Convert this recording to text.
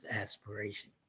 aspiration